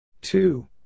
Two